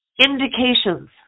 indications